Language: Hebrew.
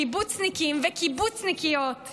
קיבוצניקים וקיבוצניקיות,